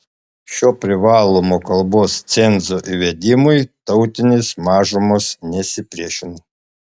šio privalomo kalbos cenzo įvedimui tautinės mažumos nesipriešino